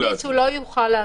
גם עם התדפיס הוא לא יוכל להזים.